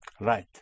Right